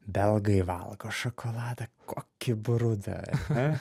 belgai valgo šokoladą kokį brudą ar ne